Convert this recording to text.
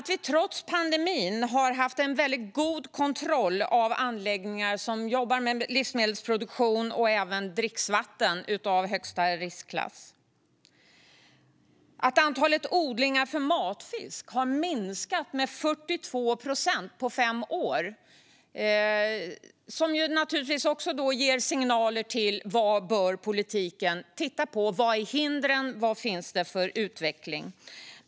Trots pandemin har vi haft en god kontroll av anläggningar som jobbar med livsmedelsproduktion och även med dricksvatten i högsta riskklass. Antalet odlingar för matfisk har minskat med 42 procent på fem år. Det ger naturligtvis också signaler till vad politiken bör titta på. Vad är hindren? Och vad finns det för utveckling?